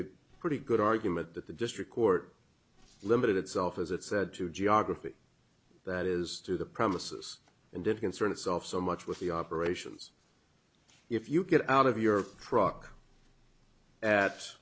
a pretty good argument that the district court limited itself as it said to geography that is to the premises and didn't concern itself so much with the operations if you get out of your truck at